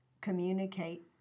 communicate